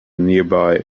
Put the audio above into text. nearby